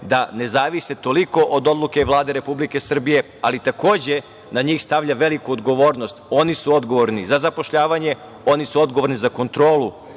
dane zavise toliko od odluke Vlade Republike Srbije, ali takođe, na njih stavlja veliku odgovornost, oni su odgovorni za zapošljavanje, oni su odgovorni za kontrolu